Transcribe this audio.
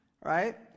right